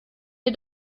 dir